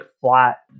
flat